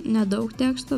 nedaug teksto